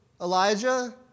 Elijah